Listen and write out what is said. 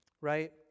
right